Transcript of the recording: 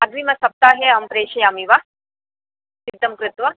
अग्रिमसप्ताहे अहं प्रेषयामि वा सिद्धं कृत्वा